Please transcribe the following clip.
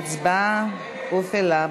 ההצבעה הופעלה.